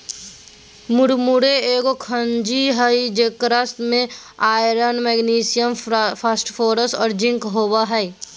मुरमुरे एगो खनिज हइ जेकरा में आयरन, मैग्नीशियम, फास्फोरस और जिंक होबो हइ